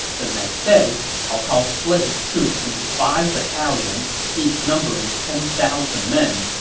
the next day, cao cao split his troops into five battalions, each numbering ten thousand men,